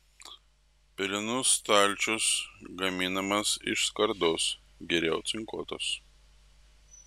pelenų stalčius gaminamas iš skardos geriau cinkuotos